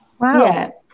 Wow